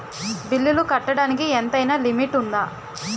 బిల్లులు కట్టడానికి ఎంతైనా లిమిట్ఉందా?